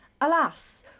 Alas